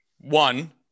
One